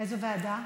איזו ועדה?